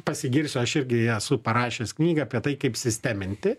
pasigirsiu aš irgi ją esu parašęs knygą apie tai kaip sisteminti